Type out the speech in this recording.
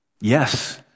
Yes